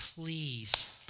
please